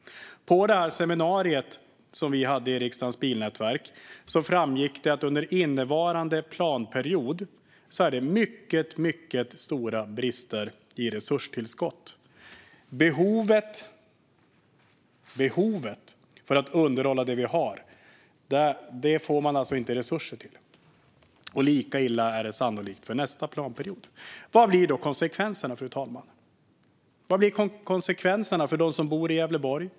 På det seminarium som vi hade i Riksdagens bilnätverk framgick att det under innevarande planperiod är mycket stora brister i resurstillskott. Man får alltså inte resurser för det behov av att underhålla som vi har. Lika illa är det sannolikt för nästa planperiod. Fru talman! Vad blir då konsekvenserna? Vad blir konsekvenserna för dem som bor i Gävleborg?